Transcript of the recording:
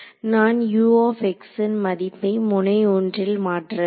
நான் ன் மதிப்பை முனை 1 ல் மாற்ற வேண்டும்